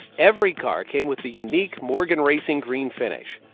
every car came with the unique morgan racing green finish,